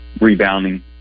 rebounding